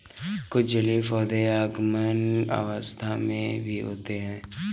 कुछ जलीय पौधे जलमग्न अवस्था में भी होते हैं